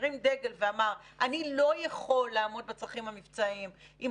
שהרים דגל ואמר: אני לא יכול לעמוד בצרכים המבצעיים אם